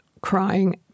crying